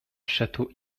château